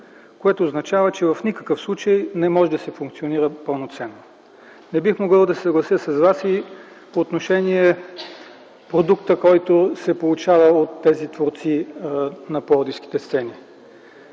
което означава, че в никакъв случай не може да функционира пълноценно. Не бих могъл да се съглася с Вас и по отношение на продукта, който се получава от тези творци на пловдивските сцени.